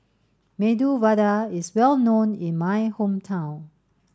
Medu Vada is well known in my hometown